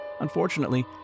Unfortunately